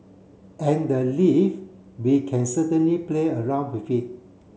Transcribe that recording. and the leave we can certainly play around with it